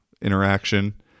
interaction